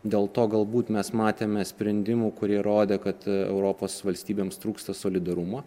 dėl to galbūt mes matėme sprendimų kurie rodė kad europos valstybėms trūksta solidarumo